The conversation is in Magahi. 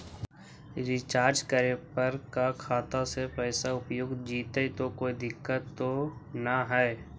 रीचार्ज करे पर का खाता से पैसा उपयुक्त जितै तो कोई दिक्कत तो ना है?